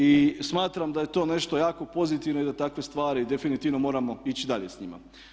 I smatram da je to nešto jako pozitivno i da takve stvari definitivno moramo ići dalje s njima.